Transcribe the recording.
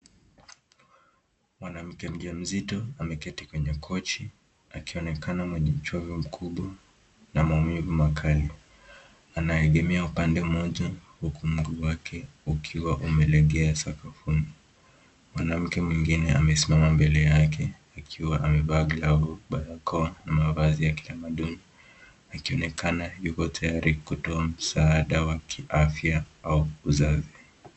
Mwanamke mjamzito ameketi kwenye koti akionekana mwenye uchovu mkubwa na maumivu makali. Anayegemea pande moja, huku mguu wake ukiwa umelegea sakafuni. Mwanamke mwingine amesimama mbele yake akiwa amevaa glavu, barakoa na mavasi ya kitamaduni akionekana akiwa tayari kutoa msaada wa kiafya au uzazi.